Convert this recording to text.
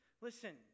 listen